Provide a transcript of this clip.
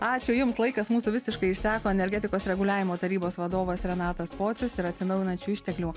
ačiū jums laikas mūsų visiškai išseko energetikos reguliavimo tarybos vadovas renatas pocius ir atsinaujinančių išteklių